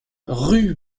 rue